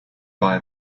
buy